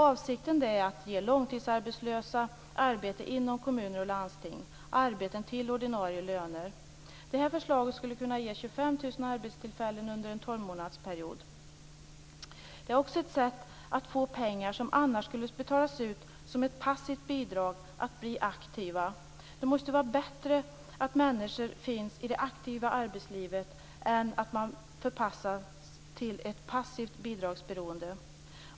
Avsikten är att ge långtidsarbetslösa arbete inom kommuner och landsting. Det handlar då om arbete till ordinarie lön. Det här förslaget skulle kunna ge 25 000 arbetstillfällen under en tolvmånadersperiod. Detta är också ett sätt att få pengar som annars skulle betalas ut som passivt bidrag att bli aktiva. Det måste ju vara bättre att människor finns i det aktiva arbetslivet än att de förpassas till ett passivt bidragsberoende.